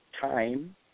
time